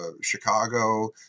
Chicago